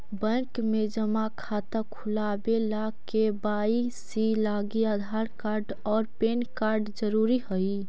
bank में जमा खाता खुलावे ला के.वाइ.सी लागी आधार कार्ड और पैन कार्ड ज़रूरी हई